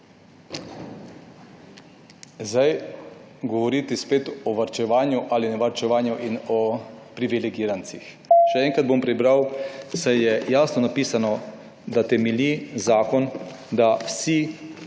Govoriti zdaj o varčevanju ali ne varčevanju in o privilegirancih. Še enkrat bom prebral, saj je jasno napisano, da temelji zakon, da so